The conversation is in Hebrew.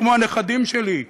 כמו הנכדים שלי,